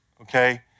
okay